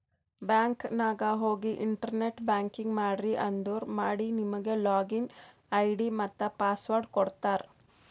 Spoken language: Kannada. ಬ್ಯಾಂಕ್ ನಾಗ್ ಹೋಗಿ ಇಂಟರ್ನೆಟ್ ಬ್ಯಾಂಕಿಂಗ್ ಮಾಡ್ರಿ ಅಂದುರ್ ಮಾಡಿ ನಿಮುಗ್ ಲಾಗಿನ್ ಐ.ಡಿ ಮತ್ತ ಪಾಸ್ವರ್ಡ್ ಕೊಡ್ತಾರ್